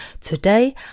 Today